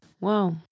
Wow